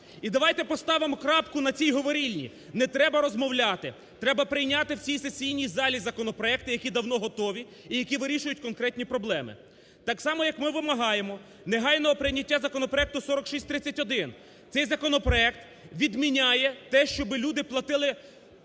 І давайте поставимо крапку на цій говорільні. Не треба розмовляти. Треба прийняти в цій сесійній залі законопроекти, які давно готові і які вирішують конкретні проблеми. Так само, як ми вимагаємо негайного прийняття законопроекту 4631. Цей законопроект відміняє те, щоб люди платили,